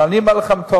ואני אומר לכם,